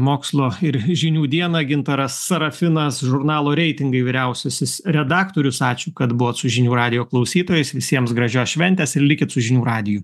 mokslo ir žinių dieną gintaras sarafinas žurnalo reitingai vyriausiasis redaktorius ačiū kad buvot su žinių radijo klausytojais visiems gražios šventės ir likit su žinių radiju